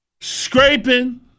scraping